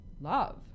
love